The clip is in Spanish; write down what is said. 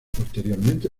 posteriormente